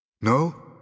No